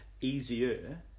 easier